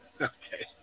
Okay